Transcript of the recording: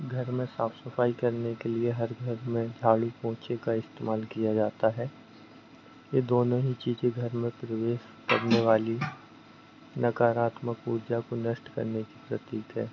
घर में साफ सफाई करने के लिए हर घर में झाड़ू पोछे का इस्तेमाल किया जाता है ये दोनों ही चीज़ें घर में प्रवेश करने वाली नकारात्मक ऊर्जा को नष्ट करने की प्रतीक है